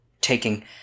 taking